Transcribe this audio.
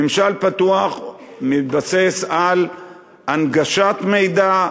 ממשל פתוח מתבסס על הנגשת מידע,